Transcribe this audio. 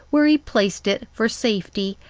where he placed it for safety,